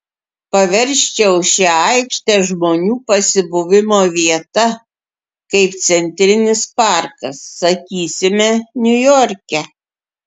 paversčiau šią aikštę žmonių pasibuvimo vieta kaip centrinis parkas sakysime niujorke